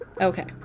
Okay